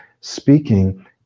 speaking